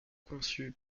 conçu